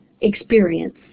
experience